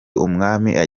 ahabera